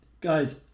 guys